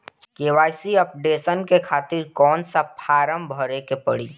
KYC updation के खातिर कौन सा फारम भरे के पड़ी?